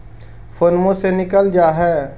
फोनवो से निकल जा है?